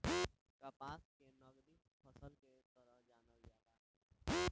कपास के नगदी फसल के तरह जानल जाला